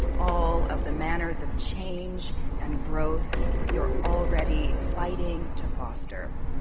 all of the manners of change and growth you're already fighting to foster.